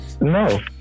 no